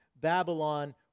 Babylon